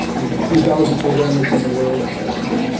maybe two thousand programmers in the world at that time.